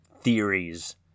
theories